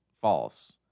false